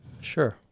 Sure